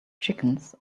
chickens